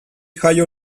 jaio